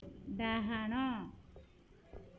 ଡାହାଣ